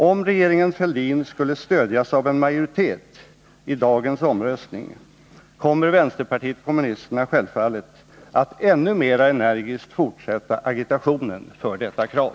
Om regeringen Fälldin skulle stödjas av en majoritet i dagens omröstning, kommer vänsterpartiet kommunisterna självfallet att ännu mera energiskt fortsätta agitationen för detta krav.